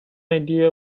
idea